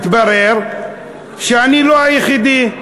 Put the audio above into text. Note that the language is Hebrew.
מתברר שאני לא היחידי.